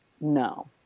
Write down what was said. no